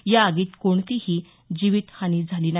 या आगीत कोणतीही जिवीत हानी झाली नाही